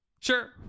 sure